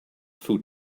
food